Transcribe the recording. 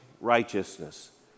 righteousness